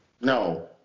No